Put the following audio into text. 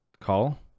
call